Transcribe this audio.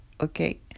Okay